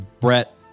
Brett